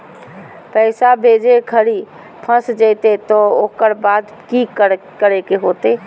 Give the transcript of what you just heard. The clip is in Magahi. पैसा भेजे घरी फस जयते तो ओकर बाद की करे होते?